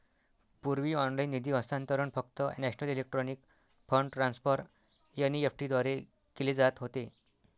पूर्वी ऑनलाइन निधी हस्तांतरण फक्त national electronic fund transfer NEFT द्वारे केले जात होते